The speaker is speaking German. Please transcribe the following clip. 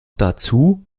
dazu